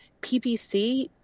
PPC